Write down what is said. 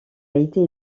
été